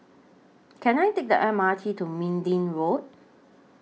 Can I Take The M R T to Minden Road